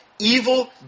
evil